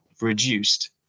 reduced